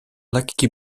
lekki